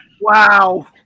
Wow